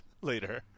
later